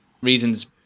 reasons